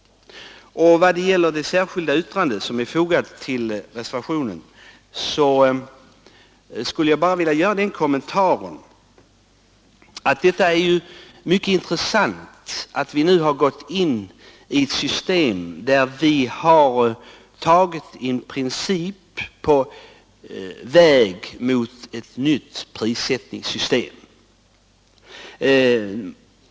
I vad gäller det särskilda yttrandet skulle jag bara vilja göra den kommentaren att det är mycket intressant att vi nu har tagit en princip på väg mot ett nytt prissättningssystem.